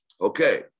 Okay